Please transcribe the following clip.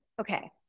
okay